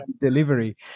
delivery